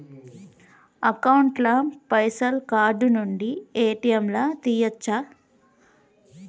Account ల పైసల్ card నుండి ఏ.టి.ఎమ్ లా తియ్యచ్చా?